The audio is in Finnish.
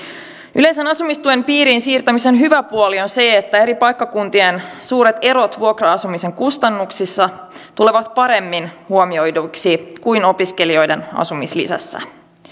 yleisen asumistuen piiriin siirtämisen hyvä puoli on se että eri paikkakuntien suuret erot vuokra asumisen kustannuksissa tulevat paremmin huomioiduiksi kuin opiskelijoiden asumislisässä